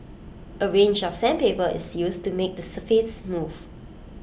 A range of sandpaper is used to make the surface smooth